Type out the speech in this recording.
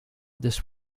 this